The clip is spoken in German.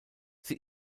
sie